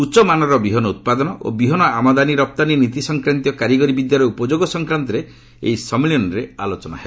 ଉଚ୍ଚମାନର ବିହନ ଉତ୍ପାଦନ ଓ ବିହନ ଆମଦାନୀ ରପ୍ତାନୀ ନୀତି ସଂକ୍ରାନ୍ତୀୟ କାରିଗରୀ ବିଦ୍ୟାର ଉପଯୋଗ ସଂକ୍ରାନ୍ତରେ ଏହି ସମ୍ମିଳନୀରେ ଆଲୋଚନା ହେବ